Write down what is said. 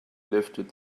lifted